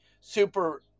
super